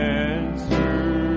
answer